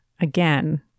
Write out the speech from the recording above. again